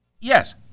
Yes